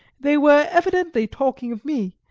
they were evidently talking of me,